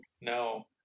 no